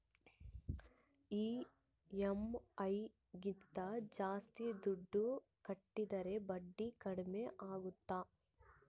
EMI ಗಿಂತ ಜಾಸ್ತಿ ದುಡ್ಡು ಕಟ್ಟಿದರೆ ಬಡ್ಡಿ ಕಡಿಮೆ ಆಗುತ್ತಾ?